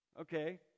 Okay